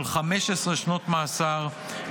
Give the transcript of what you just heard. של 15 שנות מאסר,